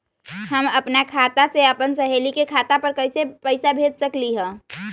हम अपना खाता से अपन सहेली के खाता पर कइसे पैसा भेज सकली ह?